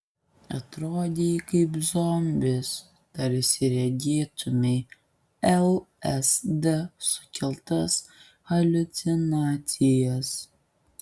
atrodei kaip zombis tarsi regėtumei lsd sukeltas haliucinacijas